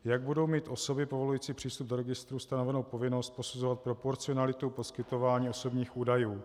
Jak budou mít osoby povolující přístup do registrů stanovenu povinnost posuzovat proporcionalitu poskytování osobních údajů?